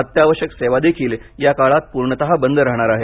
अत्यावश्यक सेवा देखील या काळात पूर्णपणे बंद राहणार आहेत